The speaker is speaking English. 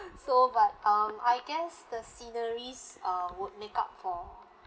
so but um I guess the sceneries uh would make up for